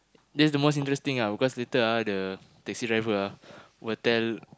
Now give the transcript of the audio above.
that's the most interesting ah cause later ah the taxi driver ah will tell